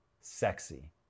sexy